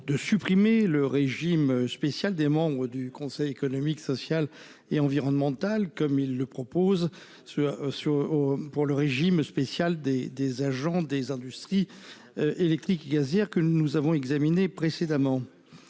De supprimer le régime spécial des membres du Conseil économique, social et environnemental, comme il le propose soit sur. Pour le régime spécial des des agents des industries. Électriques et gazières que nous avons examiné précédemment.